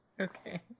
Okay